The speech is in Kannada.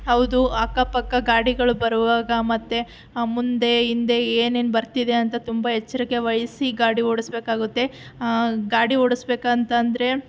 ಹೌದು ಅಕ್ಕಪಕ್ಕ ಗಾಡಿಗಳು ಬರುವಾಗ ಮತ್ತೆ ಮುಂದೆ ಹಿಂದೆ ಏನೇನು ಬರ್ತಿದೆ ಅಂತ ತುಂಬ ಎಚ್ಚರಿಕೆ ವಹಿಸಿ ಗಾಡಿ ಓಡಿಸಬೇಕಾಗತ್ತೆ ಗಾಡಿ ಓಡಿಸಬೇಕಂತಂದ್ರೆ